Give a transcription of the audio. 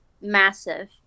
massive